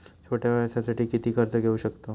छोट्या व्यवसायासाठी किती कर्ज घेऊ शकतव?